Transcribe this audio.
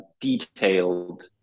detailed